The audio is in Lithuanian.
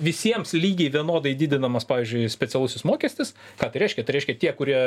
visiems lygiai vienodai didinamas pavyzdžiui specialusis mokestis ką tai reiškia tai reiškia tie kurie